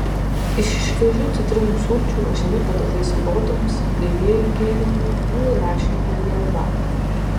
iš šviežių citrinų sulčių ruošiami padažai salotoms gaivieji gėrimai jų įlašinama į arbatą